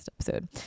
episode